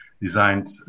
designed